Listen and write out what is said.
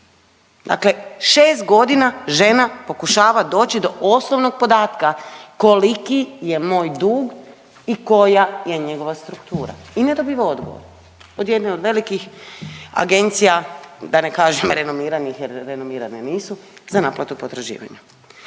Dakle 6.g. žena pokušava doći do osnovnog podatka, koliki je moj dug i koja je njegova struktura. I ne dobiva odgovor od jedne od velikih agencija, da ne kažem renomiranih jer renomirane nisu, za naplatu potraživanja.